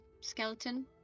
skeleton